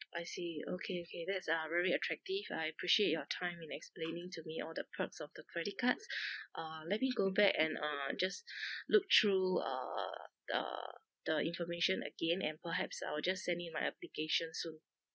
I see okay okay that's uh very attractive I appreciate your time in explaining to me all the perks of the credit cards uh let me go back and uh just look through uh the the information again and perhaps I will just send in my application soon